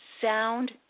sound